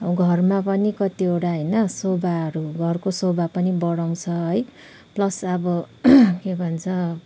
घरमा पनि कतिवटा होइन शोभाहरू घरको शोभा पनि बढाउँछ है प्लस अब के भन्छ